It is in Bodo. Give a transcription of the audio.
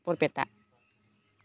बरपेता